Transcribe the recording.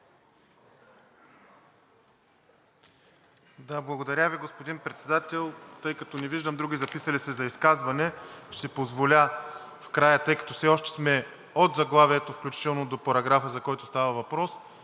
Благодаря Ви, господин Председател. Тъй като не виждам други записали се за изказване, ще си позволя в края, тъй като все още сме от заглавието, включително до параграфа, за който става въпрос,